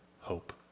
hope